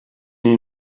nie